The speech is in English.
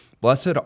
Blessed